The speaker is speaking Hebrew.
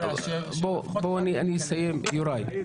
--- יוראי,